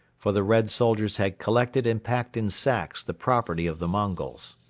for the red soldiers had collected and packed in sacks the property of the mongols.